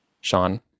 Sean